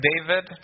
David